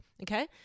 Okay